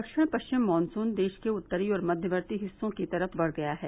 दक्षिण पश्चिम मानसून देश के उत्तरी और मक्यवर्ती हिस्सों की तरफ बढ़ गया है